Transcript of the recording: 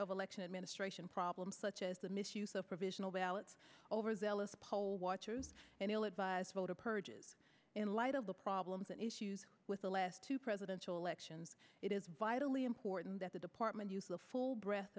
of election administration problems such as the misuse of provisional ballots overzealous poll watcher and ill advised voter purges in light of the problems and issues with the last two presidential elections it is vitally important that the department use the full breath